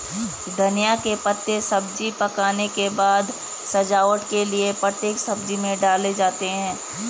धनिया के पत्ते सब्जी पकने के बाद सजावट के लिए प्रत्येक सब्जी में डाले जाते हैं